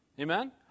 Amen